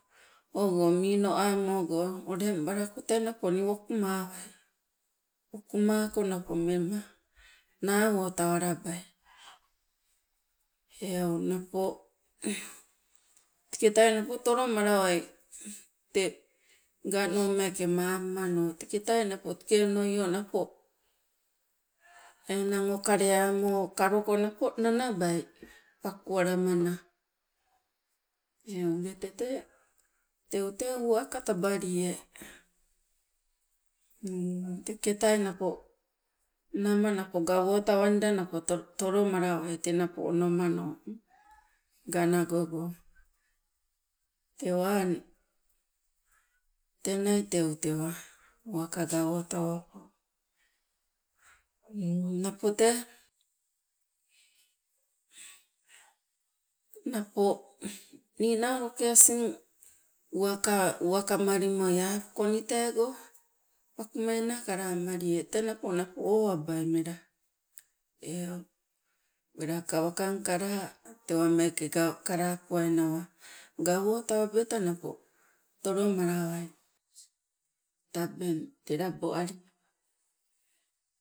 Ogo mino amogo ulengbalako tee napo nii wokumawai, wokumako napo mema nawo tawalabai, eu napo teketai napo tolomalawai te ngano meeke mamumano, teketai napo teke onoio enang o kalemo kaloko napo nanabai pakualamana, eu ule tete uwaka tabalie. teketai napo nama gawotawanda napo tolomalawai te napo onomano nganagogo, tewang tenai teu tewa uwaka gawotawago. Napo tee napo ninauloke asing uwaka uwakamalimo apuko nii teego pakumena kalamalie tee napo napo owabai mela eu, welaka wakang kalaa tewa meeke kalaa puai nawa gawotawabeta napo tolomalawai. Tabeng tee laboalio.